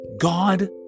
God